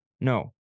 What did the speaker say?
No